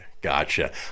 Gotcha